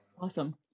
Awesome